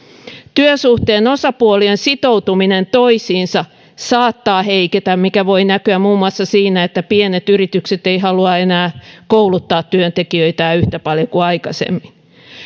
työsuhteen osapuolien sitoutuminen toisiinsa saattaa heiketä mikä voi näkyä muun muassa siinä että pienet yritykset eivät halua enää kouluttaa työntekijöitään yhtä paljon kuin aikaisemmin